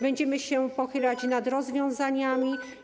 Będziemy się pochylać nad rozwiązaniami.